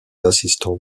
assistants